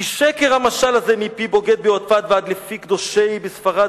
"כי שקר המשל הזה מפי בוגד ביודפת / ועד לפי קדושי בספרד